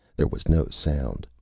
there was no sound,